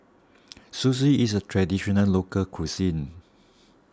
Sushi is a Traditional Local Cuisine